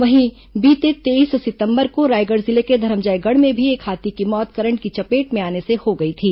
वहीं बीते तेईस सितंबर को रायगढ़ जिले के धरमजयगढ़ में भी एक हाथी की मौत करंट की चपेट में आने से हो गई थी